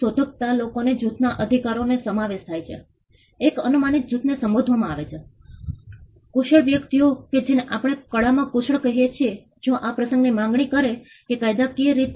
તેથી 2005 દરમિયાન લોકો સ્થળાંતર કરી શક્યા નહીં એક કારણ કે ત્યાં કોઈ નિયુક્ત સ્થળ ન હતું ત્યાં વહેલી ચેતવણી ન હતી અને ઘરના વડા ઘરે ન હતા